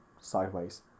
sideways